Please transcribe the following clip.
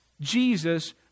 Jesus